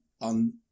on